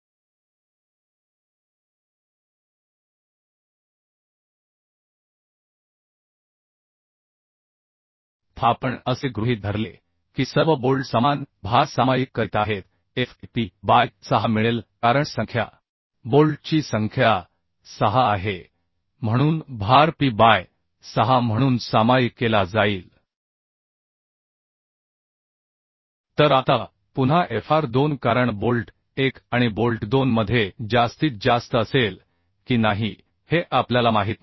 faआपण असे गृहीत धरले की सर्व बोल्ट समान भार सामायिक करीत आहेत Fa P बाय 6 मिळेल कारण संख्या बोल्टची संख्या 6 आहे म्हणून भार P बाय 6 म्हणून सामायिक केला जाईल तर आता पुन्हा Fr2 कारण बोल्ट 1 आणि बोल्ट 2 मध्ये जास्तीत जास्त असेल की नाही हे आपल्याला माहित नाही